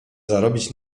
zarobić